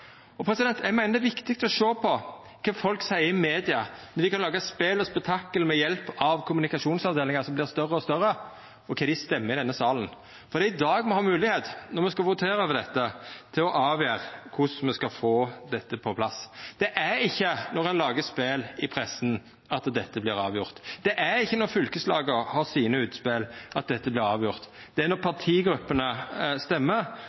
Eg meiner det er viktig å sjå på kva folk seier i media, når dei kan laga spel og spetakkel med hjelp av kommunikasjonsavdelingar som vert større og større, og på kva dei stemmer i denne salen. Det er når me skal votera over dette at me har moglegheit til å avgjera korleis me skal få dette på plass. Det er ikkje når ein lagar spel i pressa at dette vert avgjort. Det er ikkje når fylkeslaga har sine utspel at dette vert avgjort. Det er når partigruppene stemmer.